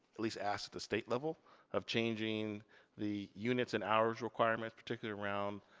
at least ask the state level of changing the units and hours requirements. particularly around,